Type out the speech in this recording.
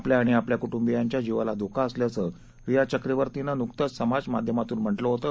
आपल्या आणि आपल्या कुटुंबियांच्या जीवाला धोका असल्याचं रिया चक्रवर्तीनं नुकतंच समाज माध्यमातून म्हटलं होतं